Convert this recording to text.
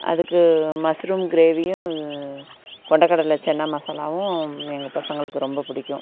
அதுக்கு மஸ்ரூம் கிரேவியும் கொண்டக்கடலை சன்னா மசாலாவும் எங்கள் பசங்களுக்கு ரொம்ப பிடிக்கும்